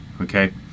okay